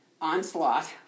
onslaught